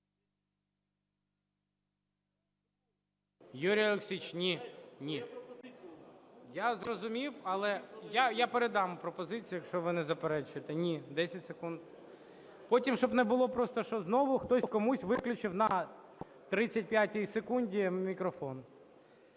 ГОЛОВУЮЧИЙ. Я зрозумів, але… Я передам пропозицію, якщо ви не заперечуєте. Ні. 10 секунд. Потім, щоб не було просто, що знову хтось комусь виключив на 35 секунді мікрофон.